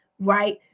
right